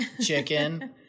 chicken